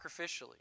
sacrificially